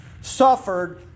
suffered